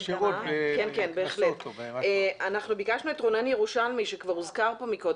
אנחנו ביקשנו את רונן ירושלמי שכבר הוזכר פה מקודם.